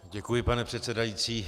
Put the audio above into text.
Děkuji, pane předsedající.